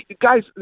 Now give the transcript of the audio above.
Guys